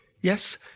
Yes